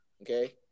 Okay